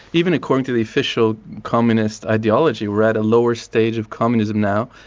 even according to the official communist ideology, we're at a lower stage of communism now,